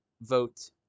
vote